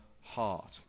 heart